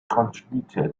contributor